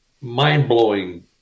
mind-blowing